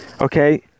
okay